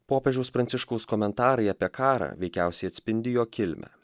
popiežiaus pranciškaus komentarai apie karą veikiausiai atspindi jo kilmę